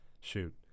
shoot